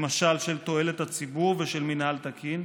למשל של תועלת הציבור ושל מינהל תקין,